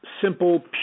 simple